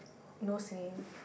no singing